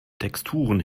texturen